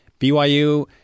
BYU